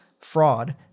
fraud